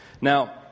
Now